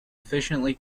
efficiently